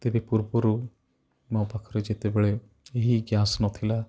ତେବେ ପୂର୍ବରୁ ମୋ ପାଖରେ ଯେତେବେଳେ ଏହି ଗ୍ୟାସ୍ ନଥିଲା